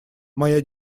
моя